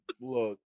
Look